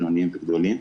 בינוניים וגדולים.